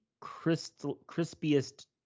crispiest